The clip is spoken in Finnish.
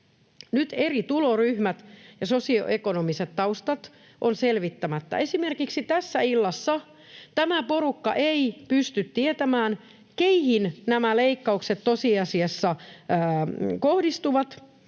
Nyt eri tuloryhmät ja sosioekonomiset taustat ovat selvittämättä. Esimerkiksi tässä illassa tämä porukka ei pysty tietämään, keihin nämä leikkaukset tosiasiassa kohdistuvat.